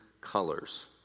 colors